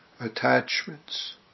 attachments